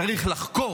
צריך לחקור,